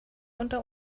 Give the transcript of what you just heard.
unter